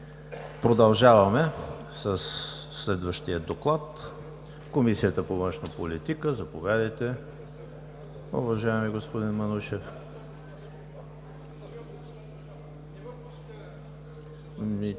Продължаваме със следващия доклад – Комисията по външна политика. Заповядайте, уважаеми господин Манушев.